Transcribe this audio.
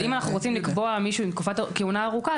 אם אנחנו רוצים לקבוע מישהו עם תקופת כהונה ארוכה,